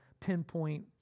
pinpoint